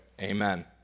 amen